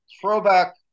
throwback